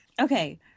Okay